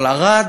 אבל ערד,